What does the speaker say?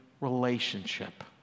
relationship